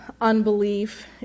unbelief